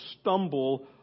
stumble